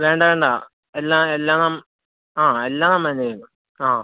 വേണ്ട വേണ്ട എല്ലാം എല്ലാം ആ എല്ലാം നമ്മള് തന്നെയാണു ചെയ്യുന്നത്